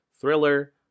thriller